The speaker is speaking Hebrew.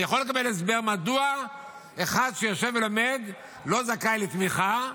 אני יכול לקבל הסבר מדוע אחד שיושב ולומד לא זכאי לתמיכה,